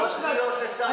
לא קריאות לסרבנות.